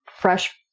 fresh